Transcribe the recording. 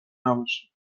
نباشی